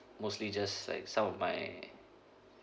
mostly just like some of my